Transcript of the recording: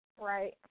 right